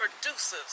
producers